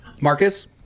Marcus